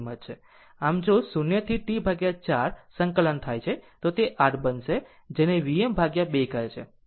આમ જો 0 થી T 4 સંકલન થાય છે તો તે r બનશે જેને Vm ભાગ્યા 2 કહે છે